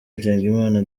nsengimana